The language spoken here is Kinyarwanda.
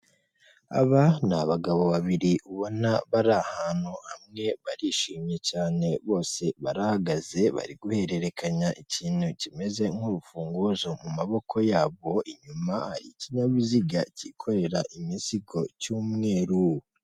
Aba ni abagabo babiri ubona bari ahantu hamwe barishimye cyane barahagaze bari guhererekanya ikintu kimeze nk'urufunguzo, mu maboko yabo inyuma y'ikinyabiziga cyikorera imizigo cy'umweru.